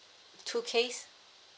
two case